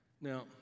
Now